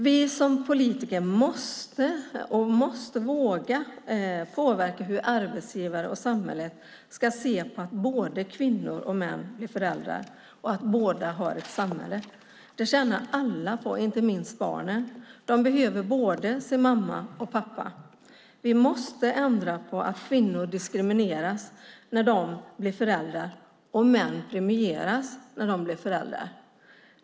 Vi som politiker måste våga påverka hur arbetsgivare och samhälle ska se på att både kvinnor och män blir föräldrar och att de båda har ett ansvar. Det tjänar alla på, inte minst barnen. De behöver både sin mamma och sin pappa. Vi måste ändra på att kvinnor diskrimineras när de blir föräldrar och män premieras när de blir föräldrar.